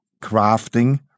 crafting